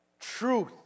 truth